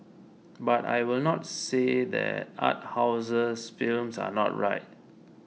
but I will not say that art houses films are not right